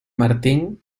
martín